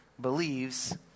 believes